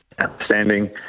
outstanding